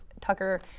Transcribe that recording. tucker